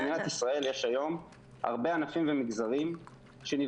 במדינת ישראל יש היום הרבה אנשים ומגזרים שנפגעו.